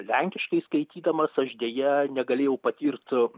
lenkiškai skaitydamas aš deja negalėjau patirt